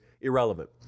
irrelevant